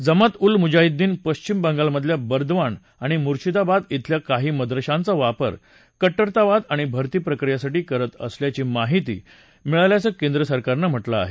जमात उल मुजाहिद्दीन पश्चिम बंगालमधल्या बर्दवान आणि मुर्शिदाबाद डिल्या काही मदरशांचा वापर कट्टरतावाद आणि भर्ती प्रक्रियेसाठी करत असल्याची माहिती मिळाल्याचं केंद्रसरकारनं म्हटलं आहे